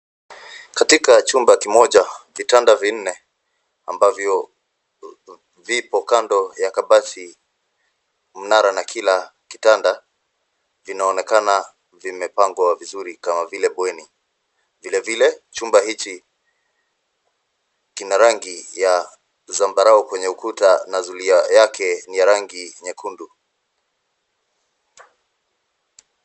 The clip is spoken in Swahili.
Katika chumba kimoja, vitanda vinne ambavyo vipo kando ya kabati mnara na kila kitanda, vinaonekana vimepangwa vizuri kama vile bweni. Vilevile, chumba hiki kina rangi ya zambarau kwenye ukuta na zulia yake ni ya rangi nyekundu.